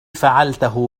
فعلته